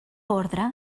orde